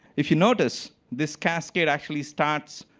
if you notice, this cascade actually starts